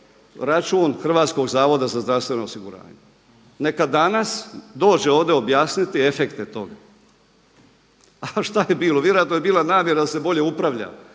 račun Hrvatskog zavoda za zdravstveno osiguranje. Neka danas dođe ovdje objasniti efekte toga. A šta je bilo? Vjerojatno je bila namjera da se bolje upravlja